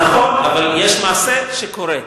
נכון, אבל יש מעשה שקורה.